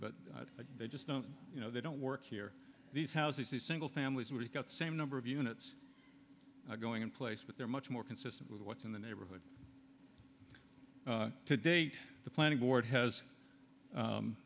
but they just don't you know they don't work here these houses the single families where you've got same number of units going in place but they're much more consistent with what's in the neighborhood to date the planning board has